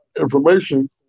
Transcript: information